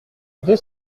deux